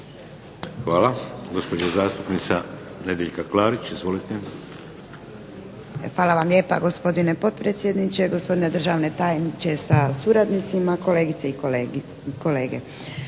Hvala. Gospođa zastupnica Nedjeljka Klarić. Izvolite. **Klarić, Nedjeljka (HDZ)** Hvala vam lijepa. Gospodine potpredsjedniče, gospodine državni tajniče sa suradnicima, kolegice i kolege